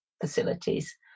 facilities